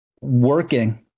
working